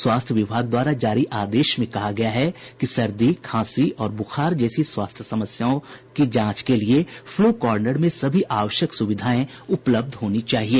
स्वास्थ्य विभाग द्वारा जारी आदेश में कहा गया है कि सर्दी खांसी और बुखार जैसी स्वास्थ्य समस्याओं की जांच के लिए फ्लू कॉर्नर में सभी आवश्यक सुविधाएं उपलब्ध होनी चाहिए